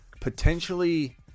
potentially